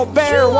bear